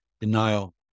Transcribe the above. denial